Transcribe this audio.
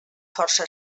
força